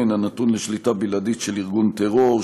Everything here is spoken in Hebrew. הנתון לשליטה בלעדית של ארגון טרור,